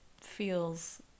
feels